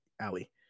Allie